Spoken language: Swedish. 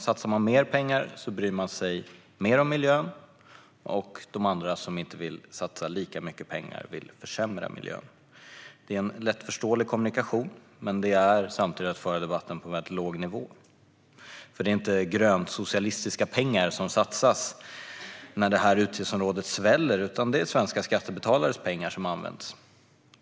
Satsar man mer pengar bryr man sig mer om miljön, och de andra som inte vill satsa lika mycket pengar vill försämra miljön. Det är en lättförståelig kommunikation, men det är samtidigt att föra debatten på en mycket låg nivå. Det är nämligen inte grönsocialistiska pengar som satsas när detta utgiftsområde sväller, utan det är svenska skattebetalares pengar som används.